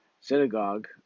synagogue